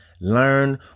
Learn